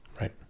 Right